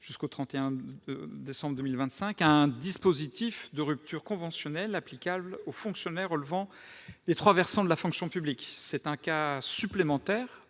au 31 décembre 2025, un dispositif de rupture conventionnelle applicable aux fonctionnaires relevant des trois versants de la fonction publique. C'est un cas supplémentaire